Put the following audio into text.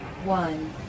one